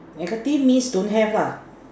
negative means don't have lah